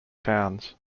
towns